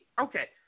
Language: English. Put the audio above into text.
okay